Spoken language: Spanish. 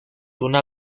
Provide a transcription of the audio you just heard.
una